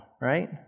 right